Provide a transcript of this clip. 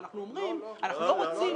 אבל אנחנו אומרים שאנחנו לא רוצים --- לא,